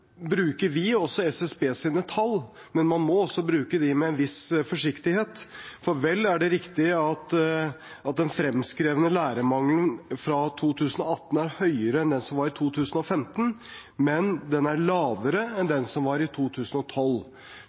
bruker vi også SSBs tall, men man må bruke dem med en viss forsiktighet. For vel er det riktig at den fremskrevne lærermangelen fra 2018 er høyere enn den som var i 2015, men den er lavere enn den som var i 2012,